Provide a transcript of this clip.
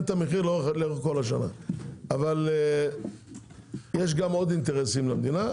את המחיר לאורך כל השנה אבל יש עוד אינטרסים למדינה.